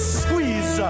squeeze